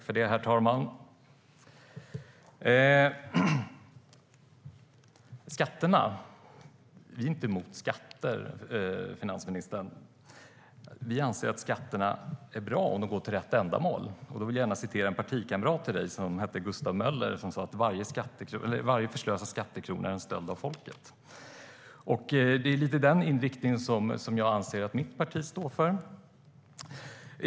Herr talman! Vi är inte emot skatter, finansministern. Vi anser att skatter är bra om de går till rätt ändamål. Jag vill gärna citera en partikamrat till finansministern, nämligen Gustav Möller. Han sa: "Varje förslösad skattekrona är en stöld från folket." Det är lite den inriktningen jag anser att mitt parti står för.